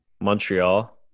Montreal –